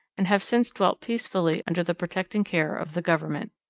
and have since dwelt peacefully under the protecting care of the government.